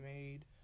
made